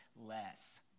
less